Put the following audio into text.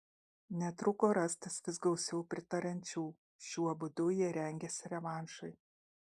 netruko rastis vis gausiau pritariančių šiuo būdu jie rengėsi revanšui